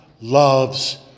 loves